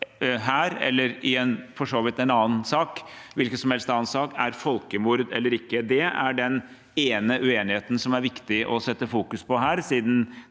helst annen sak – er folkemord eller ikke. Det er den ene uenigheten som det er viktig å sette fokus på her,